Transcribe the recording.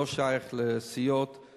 לא שייך לסיעות,